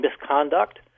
misconduct